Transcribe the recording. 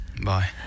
Bye